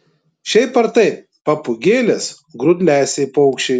šiaip ar taip papūgėlės grūdlesiai paukščiai